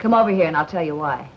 come over here and i'll tell you why